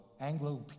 Anglo